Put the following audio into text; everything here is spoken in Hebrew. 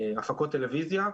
הפקות טלוויזיה,